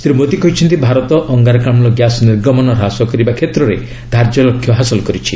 ଶ୍ରୀ ମୋଦୀ କହିଛନ୍ତି ଭାରତ ଅଙ୍ଗାରକାମ୍କ ଗ୍ୟାସ୍ ନିର୍ଗମନ ହ୍ରାସ କରିବା କ୍ଷେତ୍ରରେ ଧାର୍ଯ୍ୟ ଲକ୍ଷ୍ୟ ହାସଲ କରିଛି